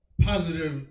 Positive